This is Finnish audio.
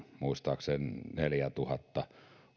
muistaakseni neljätuhatta